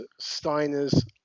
Steiners